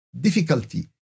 difficulty